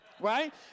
right